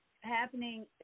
happening